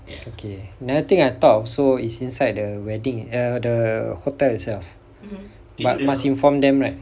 okay another thing I thought of so is inside the wedding the the hotel itself but must inform them right